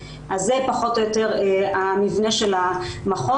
אז זה פחות או יותר המבנה של המחוז.